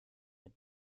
mit